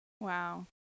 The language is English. Wow